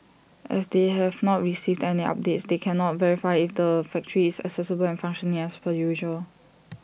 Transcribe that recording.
as they have not received any updates they cannot verify if the factory is accessible and functioning as per usual